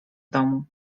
domu